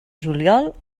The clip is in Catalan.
juliol